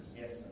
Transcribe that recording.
Yes